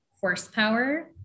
horsepower